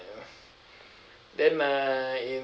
uh then uh in